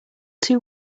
too